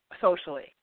socially